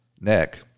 neck